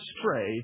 stray